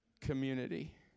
Community